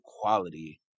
quality